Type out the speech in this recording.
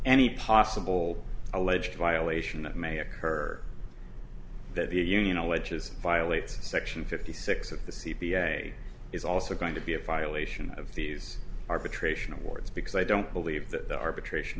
any possible alleged violation that may occur that the union alleges violates section fifty six of the c p a is also going to be a violation of these arbitration awards because i don't believe that the arbitration